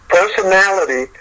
personality